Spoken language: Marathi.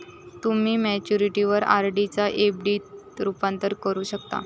तुम्ही मॅच्युरिटीवर आर.डी चा एफ.डी त रूपांतर करू शकता